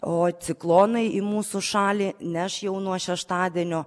o ciklonai į mūsų šalį neš jau nuo šeštadienio